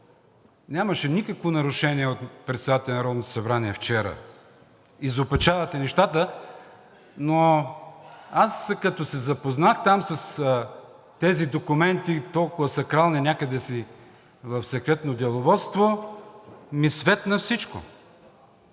Нямаше никакво нарушение от председателя на Народното събрание вчера, изопачавате нещата, но аз, като се запознах там с тези документи – толкова сакрални, някъде си в „Секретно деловодство“, ми светна всичко.